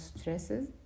stresses